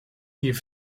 hier